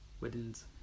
weddings